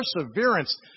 perseverance